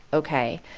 ok?